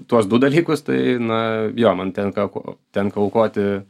tuos du dalykus tai na jo man tenka ko tenka aukoti